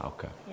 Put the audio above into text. Okay